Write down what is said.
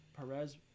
Perez